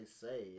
say